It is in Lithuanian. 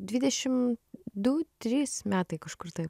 dvidešim du trys metai kažkur tai